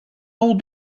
all